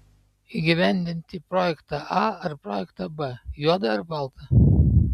įgyvendinti projektą a ar projektą b juoda ar balta